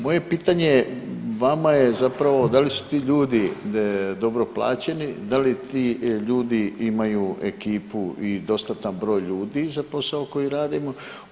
Moje pitanje vama je zapravo da li su ti ljudi dobro plaćeni, da li ti ljudi imaju ekipu i dostatan broj ljudi za posao koji radimo?